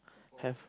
have